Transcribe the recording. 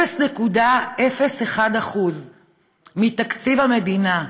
0.01% מתקציב המדינה,